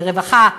הרווחה והבריאות,